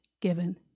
given